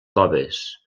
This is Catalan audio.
coves